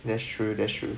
that's true that's true